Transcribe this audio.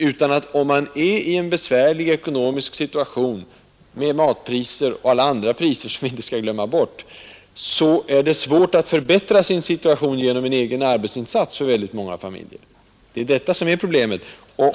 Men om man befinner sig i en besvärlig ekonomisk situation, med höga matpriser och alla andra priser som vi inte skall glömma bort, så är det för många familjer svårt att förbättra sin situation genom en egen arbetsinsats. Det är detta som är problemet.